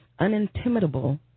unintimidable